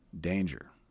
danger